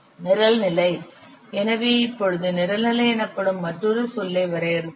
நிரல் நிலை எனவே இப்பொழுது நிரல் நிலை எனப்படும் மற்றொரு சொல்லை வரையறுப்போம்